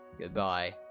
Goodbye